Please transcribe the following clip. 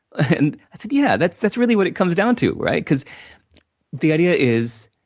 and, i said, yeah, that's that's really what it comes down to, right? because the idea is,